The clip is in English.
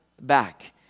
back